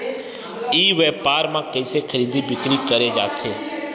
ई व्यापार म कइसे खरीदी बिक्री करे जाथे?